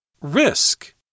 Risk